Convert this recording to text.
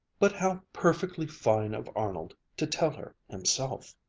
but how perfectly fine of arnold to tell her himself!